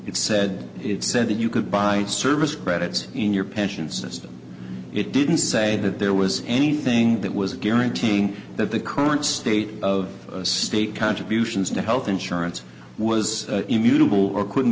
it said it said that you could bite service credits in your pension system it didn't say that there was anything that was guaranteeing that the current state of state contributions to health insurance was immutable or couldn't